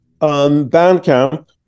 Bandcamp